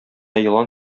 елан